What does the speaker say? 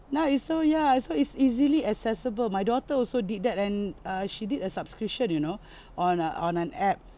ya it's so yeah so it's easily accessible my daughter also did that and uh she did a subscription you know on uh on an app